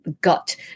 gut